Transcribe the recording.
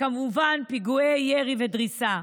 וכמובן פיגועי ירי ודריסה.